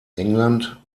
england